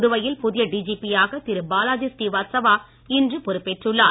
புதுவையில் புதிய டிஜிபி யாக திரு பாலாஜி ஸ்ரீவாஸ்தவா இன்று பொறுப்பேற்றுள்ளார்